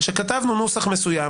כתבנו נוסח מסוים,